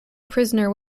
prisoner